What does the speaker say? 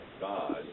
God